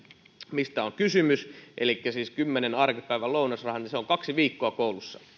mistä on kysymys elikkä siis kymmenen arkipäivän lounasraha on kaksi viikkoa koulussa